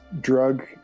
drug